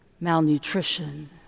malnutrition